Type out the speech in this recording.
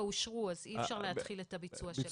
אושרו אז אי אפשר להתחיל את הביצוע שלהן.